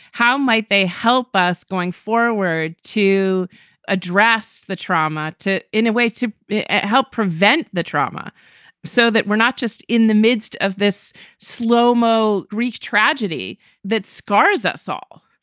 how might they help us going forward to address the trauma to in a way to help prevent the trauma so that we're not just in the midst of this slow mo greek tragedy that scars us all.